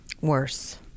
Worse